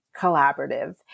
collaborative